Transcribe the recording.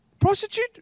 prostitute